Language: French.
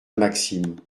maxime